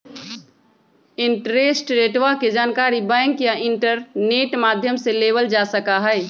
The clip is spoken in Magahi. इंटरेस्ट रेटवा के जानकारी बैंक या इंटरनेट माध्यम से लेबल जा सका हई